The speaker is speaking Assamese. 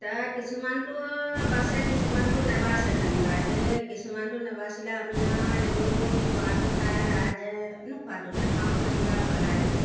তাৰ কিছুমানটো বাছে কিছুমানটো নাবাছে যেনিবা সেই কিছুমানটো নাবাছিলে আমি আৰু এইবোৰ খোৱাটো খাই ৰাইজে নোখোৱাটো নাখাওঁ যেনিবা পেলাই দিওঁ আৰু